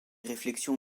réflexions